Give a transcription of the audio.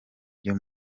ryo